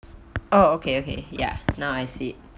oh okay okay ya now I see it